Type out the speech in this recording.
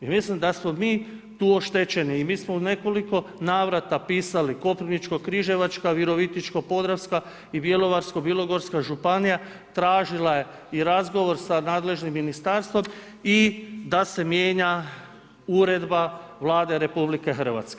I mislim da smo mi tu oštećeni i mi smo u nekoliko navrata pisali Koprivničko-križevačka, Virovitičko-podravska i Bjelovarsko-bilogorska županija tražila je i razgovor sa nadležnim Ministarstvom i da se mijenja uredba Vlade RH.